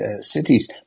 cities